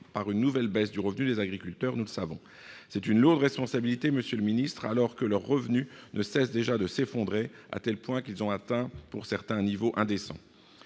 par une nouvelle baisse du revenu des agriculteurs, nous le savons. C'est une lourde responsabilité, monsieur le ministre, alors que leurs revenus ne cessent déjà de s'effondrer, à tel point qu'ils ont atteint, pour certains, un niveau indécent.